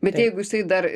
bet jeigu jisai dar